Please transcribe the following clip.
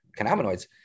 cannabinoids